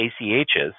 ACH's